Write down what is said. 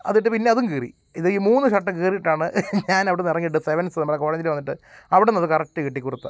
അതിട്ട് പിന്നെ അതും കീറി ഇത് ഈ മൂന്ന് ഷർട്ടും കീറിയിട്ടാണ് ഞാനവിടെ നിന്നിറങ്ങിയിട്ട് സെവൻസ്സ് നമ്മുടെ കോഴഞ്ചേരി വന്നിട്ട് അവിടെ നിന്നത് കറക്റ്റ് കിട്ടി കുർത്ത